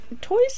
Toys